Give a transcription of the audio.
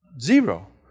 Zero